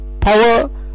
power